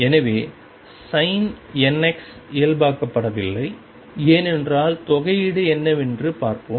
எனவே sin nx இயல்பாக்கப்படவில்லை ஏனென்றால் தொகையீடு என்னவென்று பார்ப்போம்